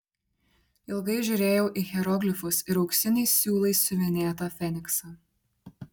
ilgai žiūrėjau į hieroglifus ir auksiniais siūlais siuvinėtą feniksą